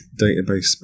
database